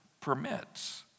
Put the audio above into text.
permits